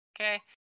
Okay